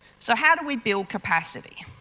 so, how do we build capacity?